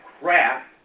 crap